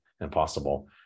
impossible